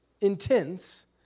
intense